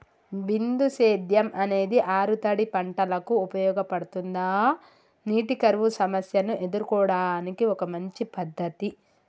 బిందు సేద్యం అనేది ఆరుతడి పంటలకు ఉపయోగపడుతుందా నీటి కరువు సమస్యను ఎదుర్కోవడానికి ఒక మంచి పద్ధతి?